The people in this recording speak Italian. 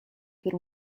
per